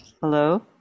hello